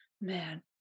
man